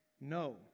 No